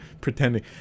pretending